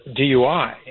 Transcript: DUI